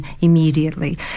immediately